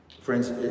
Friends